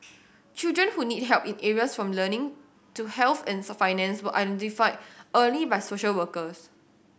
children who need help in areas from learning to health and finance were identified early by social workers